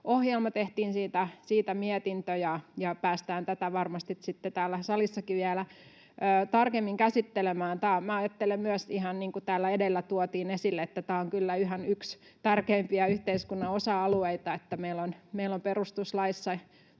tehtiin siitä mietintö, ja päästään tätä varmasti sitten täällä salissakin vielä tarkemmin käsittelemään. Ajattelen myös, ihan niin kuin täällä edellä tuotiin esille, että tämä on kyllä ihan yksi tärkeimpiä yhteiskunnan osa-alueita: meillä on perustuslaissa